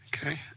Okay